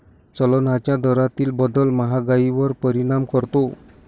चलनाच्या दरातील बदल महागाईवर परिणाम करतो